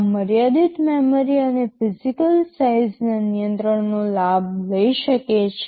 આ મર્યાદિત મેમરી અને ફિજિકલ સાઇઝ ના નિયંત્રણોનો લાભ લઈ શકે છે